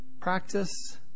practice